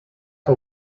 que